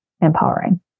empowering